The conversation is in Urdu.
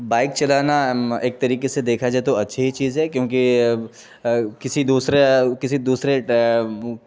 بائک چلانا ایک طریقے سے دیکھا جائے تو اچھی ہی چیز ہے کیونکہ کسی دوسرے کسی دوسرے